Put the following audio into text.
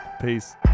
Peace